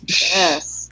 Yes